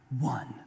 one